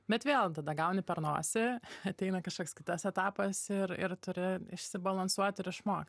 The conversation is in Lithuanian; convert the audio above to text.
bet vėl tada gauni per nosį ateina kažkoks kitas etapas ir ir turi išsibalansuot ir išmokt